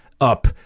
up